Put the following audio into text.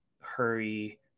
hurry